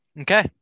Okay